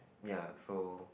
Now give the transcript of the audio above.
ya so